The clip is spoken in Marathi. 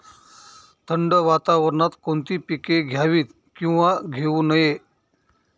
थंड वातावरणात कोणती पिके घ्यावीत? किंवा घेऊ नयेत?